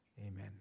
Amen